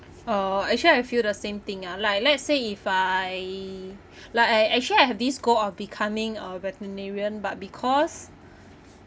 uh actually I feel the same thing ah like let's say if I like I actually I have this goal of becoming a veterinarian but because